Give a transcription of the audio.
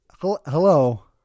hello